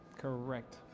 Correct